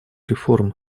реформ